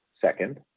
Second